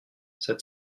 that